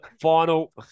final